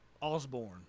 Osborne